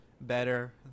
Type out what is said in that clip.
better